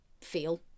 feel